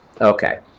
Okay